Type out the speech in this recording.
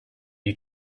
you